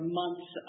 months